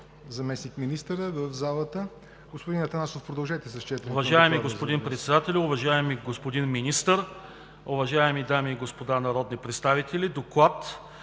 заместник-министъра в залата. Господин Атанасов, продължете с четенето